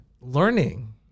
learning